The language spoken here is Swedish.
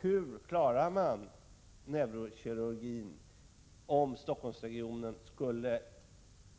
Hur klarar man neurokirurgin om Stockholmsregionen